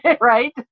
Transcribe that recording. right